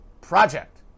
project